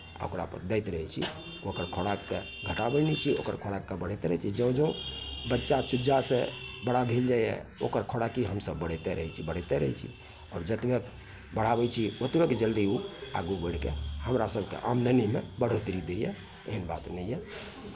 आ ओकरापर दैत रहै छी ओकर खोराककेँ घटाबै नहि छियै ओकर खोराककेँ बढ़बिते रहै छियै ज्यौँ ज्यौँ बच्चा चूजासँ बड़ा भेल जाइए ओकर खोराकी हमसभ बढ़बिते रहै छी बढ़बिते रहै छी आओर जतबहि बढ़ाबै छियै ओतबहि भी जल्दी ओ आगू बढ़ि कऽ हमरा सभके आमदनीमे बढ़ोतरी दैए एहन बात नहि यए